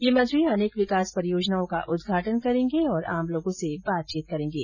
ये मंत्री अनेक विकास परियोजनाओं का उदघाटन करेंगे और आम लोगों से बातचीत करेंगे